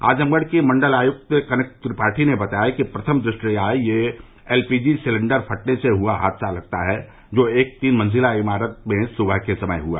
आजमगढ़ की मंडल आयुक्त कनक त्रिपाठी ने बताया कि प्रथम दृष्टया ये एलपीजी सिलिण्डर फटने से हुआ हादसा लगता है जो एक तीन मंजिला इमारत में सुबह के समय हुआ